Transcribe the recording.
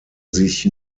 sich